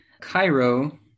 Cairo